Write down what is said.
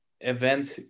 event